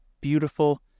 beautiful